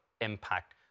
impact